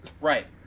Right